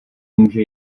může